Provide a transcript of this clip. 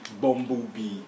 bumblebee